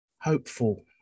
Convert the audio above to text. hopeful